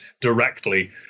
directly